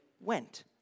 went